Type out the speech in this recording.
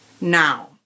now